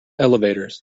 elevators